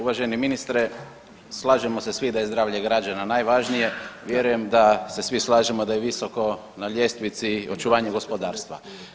Uvaženi ministre slažemo se svi da je zdravlje građana najvažnije, vjerujem da se svi slažemo da je visoko na ljestvici očuvanje gospodarstva.